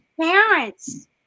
parents